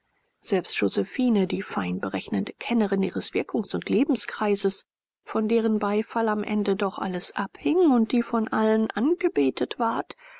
selbst josephine die feinberechnende kennerin ihres wirkungs und lebenskreises von deren beifall am ende doch alles abhing und die von allen angebetet ward